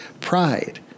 pride